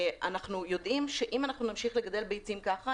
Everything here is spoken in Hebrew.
אנחנו יודעים שאם אנחנו נמשיך לגדל ביצים כך,